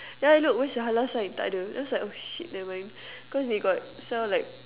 then I look where's the halal sign tak ada then I was like oh shit never mind cause they got sell like